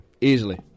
Easily